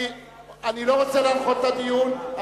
אני לא רוצה להנחות את הדיון,